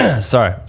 sorry